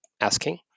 asking